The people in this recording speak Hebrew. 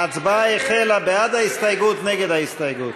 ההצבעה החלה, בעד ההסתייגות ונגד ההסתייגות.